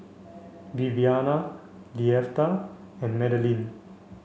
Viviana Leatha and Madilynn